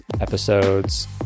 episodes